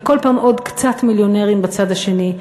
וכל פעם עוד קצת מיליונרים בצד השני,